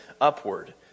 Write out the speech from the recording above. upward